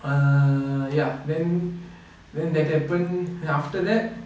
err ya then then that happened then after that